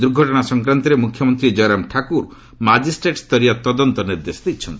ଦୁର୍ଘଟଣା ସଂକ୍ରାନ୍ତରେ ମୁଖ୍ୟମନ୍ତ୍ରୀ ଜୟରାମ ଠାକୁର ମାଜିଷ୍ଟ୍ରେଟ୍ସରୀୟ ତଦନ୍ତ ନିର୍ଦ୍ଦେଶ ଦେଇଛନ୍ତି